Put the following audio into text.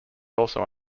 also